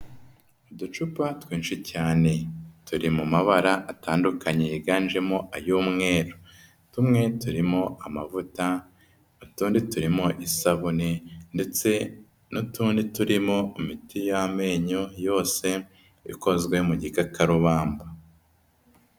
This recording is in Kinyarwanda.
Uducupa twinshi cyane, turi mu mabara atandukanye, yiganjemo ay'umweru. Tumwe turimo amavuta, utundi turimo isabune ndetse n'utundi turimo imiti y'amenyo, yose ikozwe mu gikakarubamba.